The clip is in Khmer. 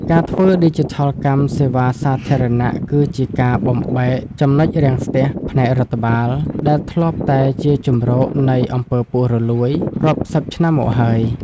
ការធ្វើឌីជីថលកម្មសេវាសាធារណៈ គឺជាការបំបែក ចំណុចរាំងស្ទះ ផ្នែករដ្ឋបាល ដែលធ្លាប់តែជាជម្រកនៃ អំពើពុករលួយ រាប់សិបឆ្នាំមកហើយ។